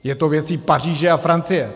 Je to věcí Paříže a Francie.